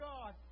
God